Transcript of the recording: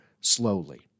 slowly